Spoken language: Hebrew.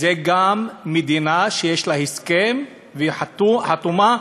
שזו גם מדינה שיש לה הסכם והיא חתומה.